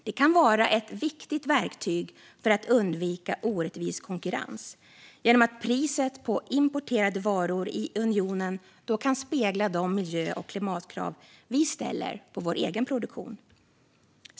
Det kan vara ett viktigt verktyg för att undvika orättvis konkurrens genom att priset på importerade varor i unionen då kan spegla de miljö och klimatkrav vi ställer på vår egen produktion.